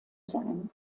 sein